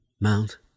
Mount